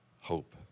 hope